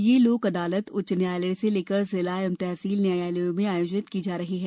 यह लोग अदालत उच्च न्यायालय से लेकर जिला एवं तहसील न्यायालयों में आयोजित की जा रही हैं